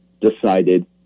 decided